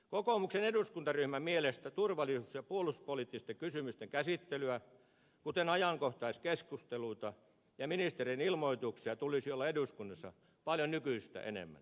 kokoomuksen eduskuntaryhmän mielestä turvallisuus ja puolustuspoliittisten kysymysten käsittelyä kuten ajankohtaiskeskusteluita ja ministerien ilmoituksia tulisi olla eduskunnassa paljon nykyistä enemmän